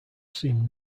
seem